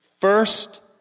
First